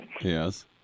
Yes